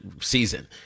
season